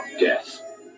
death